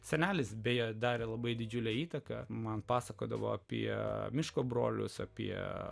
senelis beje darė labai didžiulę įtaką man pasakodavo apie miško brolius apie